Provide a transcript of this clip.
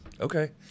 Okay